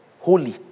holy